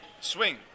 Swing